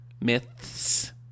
Myths